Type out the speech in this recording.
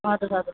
اَدٕ حظ اَدٕ حظ